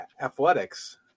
athletics